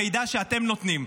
מידע שאתם נותנים,